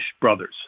Brothers